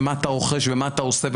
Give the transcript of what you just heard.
מה אתה רוכב ומה אתה עושה.